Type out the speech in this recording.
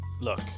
Look